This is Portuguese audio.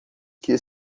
que